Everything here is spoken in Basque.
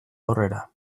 aurrera